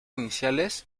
iniciales